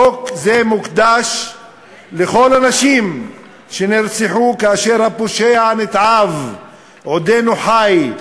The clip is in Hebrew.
חוק זה מוקדש לכל הנשים שנרצחו כאשר הפושע הנתעב עודנו חי,